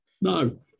No